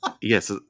Yes